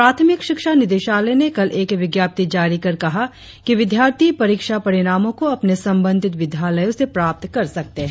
प्राथमिक शिक्षा निदेशालय ने कल एक विज्ञप्ति जारी कर कहा कि विद्यार्थी परीक्षा परिणामो को अपने सबंधित विद्यालयो से प्राप्त कर सकते है